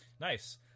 Nice